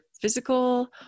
physical